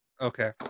Okay